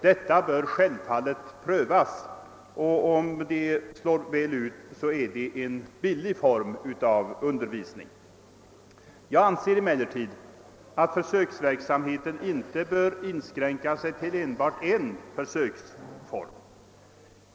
Detta bör självfallet prövas och om det slår väl ut blir det en billig form av undervisning. Jag anser emellertid att försöksverksamheten inte bör inskränka sig till enbart en försöksform.